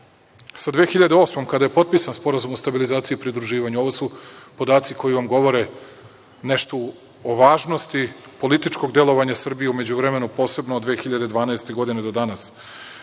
godinom kada je potpisan Sporazum o stabilizaciji i pridruživanju, ovo su podaci koji vam govore nešto o važnosti političkog delovanja Srbije u međuvremenu posebno od 2012. godine do danas,